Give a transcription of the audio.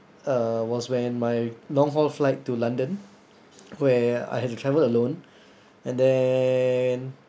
uh was when my long haul flight to london where I had to travel alone and then